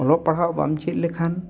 ᱚᱞᱚᱜ ᱯᱟᱲᱦᱟᱜ ᱵᱟᱢ ᱪᱮᱫ ᱞᱮᱠᱷᱟᱱ